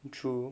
true